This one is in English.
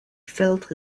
felt